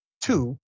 two